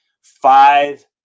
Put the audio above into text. Five